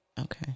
Okay